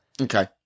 Okay